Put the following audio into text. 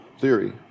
theory